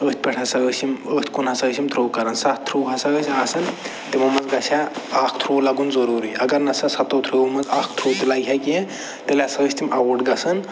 أتھۍ پٮ۪ٹھ ہسا ٲسۍ یِم ٲتھۍ کُن ہَسا ٲسۍ یِم تھرٛوٚ کَران سَتھ تھرٛوٚ ہَسا ٲسۍ آسان تِمو منٛز گژھِ ہا اکھ تھرٛوٚ لَگُن ضٔروٗری اگر نَہ سا سَتو تھرٛوٚوو منٛز اکھ تھرٛوٚ تہِ لگہِ ہَہ کیٚنٛہہ تیٚلہِ ہَسا ٲسۍ تِم آوُٹ گَژھان